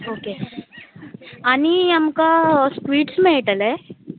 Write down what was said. okay आनी आमकां squids मेळटले